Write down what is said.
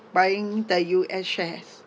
buying the U_S shares